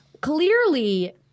Clearly